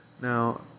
Now